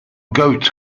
goat